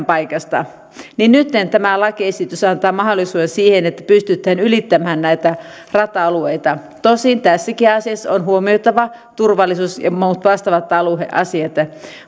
paikasta nytten tämä lakiesitys antaa mahdollisuuden siihen että pystytään ylittämään rata alueita tosin tässäkin asiassa on huomioitava turvallisuus ja muut vastaavat alueen asiat